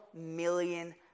million